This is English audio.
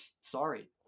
Sorry